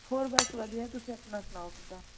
ਹੋਰ ਬਸ ਵਧੀਆ ਤੁਸੀਂ ਆਪਣਾ ਸੁਣਾਓ ਕਿੱਦਾਂ